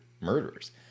murderers